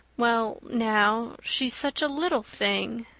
well now, she's such a little thing,